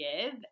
give